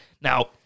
Now